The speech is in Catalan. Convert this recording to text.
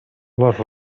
les